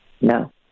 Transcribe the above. No